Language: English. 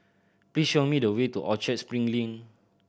please show me the way to Orchard Spring Lane